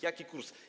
Jaki kurs?